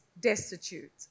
destitute